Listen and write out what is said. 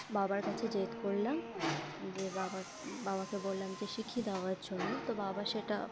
বাবার কাছে জেদ করলাম যে বাবা বাবাকে বললাম যে শিখিয়ে দেওয়ার জন্য তো বাবা সেটা